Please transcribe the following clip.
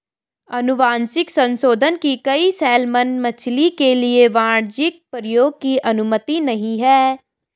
अनुवांशिक संशोधन की गई सैलमन मछली के लिए वाणिज्यिक प्रयोग की अनुमति नहीं है